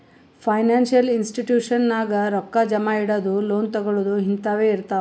financial institution ನಾಗ್ ರೊಕ್ಕಾ ಜಮಾ ಇಡದು, ಲೋನ್ ತಗೋಳದ್ ಹಿಂತಾವೆ ಇರ್ತಾವ್